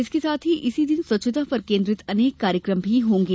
इसके साथ ही इसी दिन स्वच्छता पर केन्द्रित अनेक कार्यक्रम भी होंगे